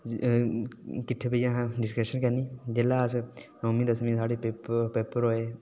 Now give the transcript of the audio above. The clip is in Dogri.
किठ्ठे बेहियै असें डिस्कशन करनी ते जिसलै साढे नौमी दसमीं दे पेपर होए